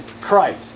Christ